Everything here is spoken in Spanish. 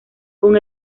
con